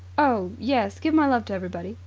oh, yes. give my love to everybody.